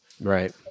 Right